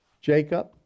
Jacob